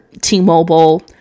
T-Mobile